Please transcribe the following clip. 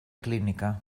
clínica